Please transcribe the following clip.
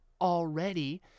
already